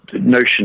notion